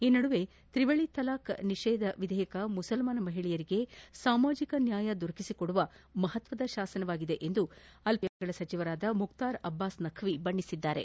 ಈ ನಡುವೆ ತ್ರಿವಳಿ ತಲಾಕ್ ನಿಷೇಧ ವಿಧೇಯಕ ಮುಸಲ್ಮಾನ ಮಹಿಳೆಯರಿಗೆ ಸಾಮಾಜಿಕ ನ್ಯಾಯ ದೊರಕಿಸಿ ಕೊಡುವ ಮಹತ್ವದ ಶಾಸನವಾಗಿದೆ ಎಂದು ಅಲ್ಪಸಂಖ್ಯಾತ ವ್ಯವಹಾರಗಳ ಸಚಿವರಾದ ಮುಖ್ತಾರ್ ಅಬ್ಬಾಸ್ ನಖ್ವಿ ಬಣ್ಣಿಸಿದ್ದಾರೆ